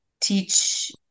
teach